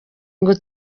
ngo